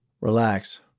Relax